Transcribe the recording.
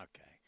Okay